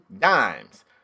dimes